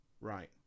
Right